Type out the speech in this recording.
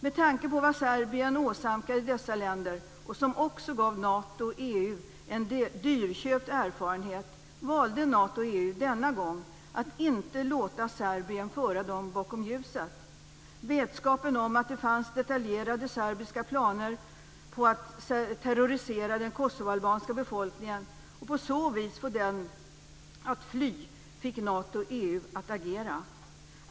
Med tanke på vad Serbien åsamkade dessa länder, något som också gav Nato och EU en dyrköpt erfarenhet, valde Nato och EU denna gång att inte låta Serbien föra dem bakom ljuset. Vetskapen om att det fanns detaljerade serbiska planer på att terrorisera den kosovoalbanska befolkningen och på så vis få den att fly fick Nato och EU att agera.